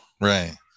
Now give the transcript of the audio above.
Right